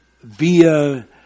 via